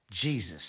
Jesus